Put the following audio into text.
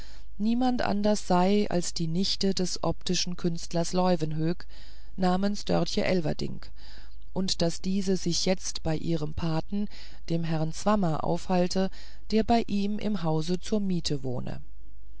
niemand anders sei als die nichte des optischen künstlers leuwenhoek namens dörtje elverdink und daß diese sich jetzt bei ihrem paten dem herrn swammer aufhalte der bei ihm im hause zur miete wohne